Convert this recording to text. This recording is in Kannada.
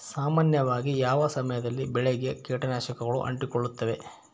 ಸಾಮಾನ್ಯವಾಗಿ ಯಾವ ಸಮಯದಲ್ಲಿ ಬೆಳೆಗೆ ಕೇಟನಾಶಕಗಳು ಅಂಟಿಕೊಳ್ಳುತ್ತವೆ?